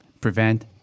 prevent